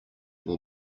will